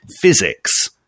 physics